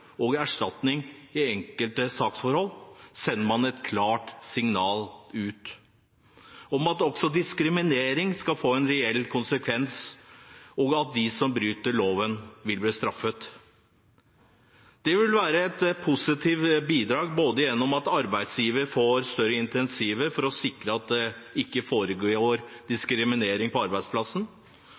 og erstatning i enkle saksforhold, sender man et klart signal om at også diskriminering skal få en reell konsekvens, og at de som bryter loven, vil bli straffet. Dette vil være et positivt bidrag både gjennom at arbeidsgiver får større incentiver for å sikre at det ikke foregår diskriminering på arbeidsplassen,